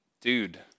dude